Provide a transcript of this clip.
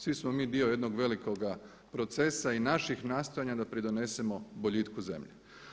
Svi smo mi dio jednog velikoga procesa i naših nastojanja da pridonesemo boljitku zemlje.